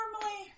normally